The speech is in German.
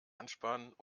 anspannen